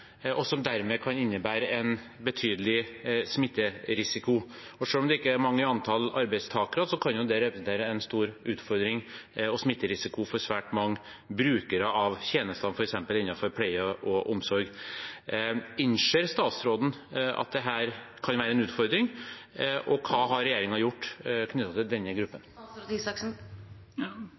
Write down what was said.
og som dermed kan innebære en betydelig smitterisiko. Selv om det ikke er mange i antall arbeidstakere, kan jo det representere en stor utfordring og smitterisiko for svært mange brukere av tjenestene, f.eks. innenfor pleie og omsorg. Innser statsråden at dette kan være en utfordring, og hva har regjeringen gjort knyttet til denne gruppen?